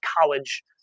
college